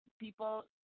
people